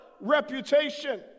reputation